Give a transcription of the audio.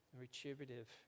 retributive